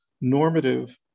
normative